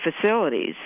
facilities